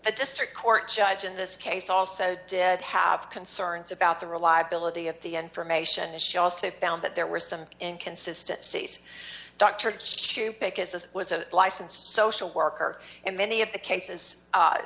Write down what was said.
the district court judge in this case also did have concerns about the reliability of the end for mation and she also found that there were some inconsistent says dr chu because this was a licensed social worker and many of the cases